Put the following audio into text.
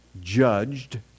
judged